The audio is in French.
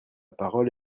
parole